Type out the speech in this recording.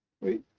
Wait